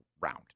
round